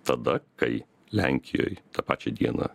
tada kai lenkijoj tą pačią dieną